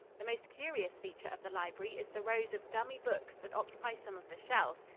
the most curious feature of the library is the rows of dummy books that occupy some of the shelves,